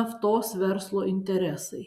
naftos verslo interesai